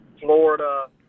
Florida